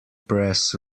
press